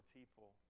people